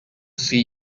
see